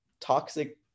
toxic